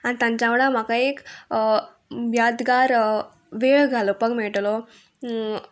आनी तांच्या वांगडा म्हाका एक यादगार वेळ घालोवपाक मेयटलो